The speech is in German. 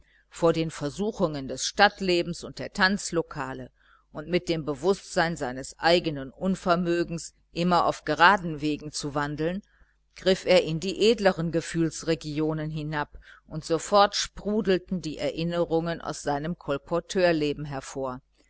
vor den versuchungen des stadtlebens und der tanzlokale und mit dem bewußtsein seines eigenen unvermögens immer auf geraden wegen zu wandeln griff er in die edleren gefühlsregionen hinab und sofort sprudelten die erinnerungen aus seinem kolporteurleben hervor